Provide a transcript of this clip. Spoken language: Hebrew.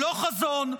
לא חזון,